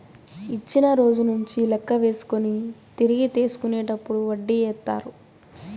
ఇచ్చిన రోజు నుంచి లెక్క వేసుకొని తిరిగి తీసుకునేటప్పుడు వడ్డీ ఏత్తారు